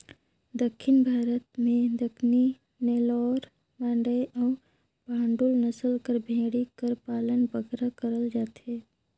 दक्खिन भारत में दक्कनी, नेल्लौर, मांडय अउ बांडुल नसल कर भेंड़ी कर पालन बगरा करल जाथे